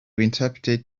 interpreted